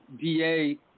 DA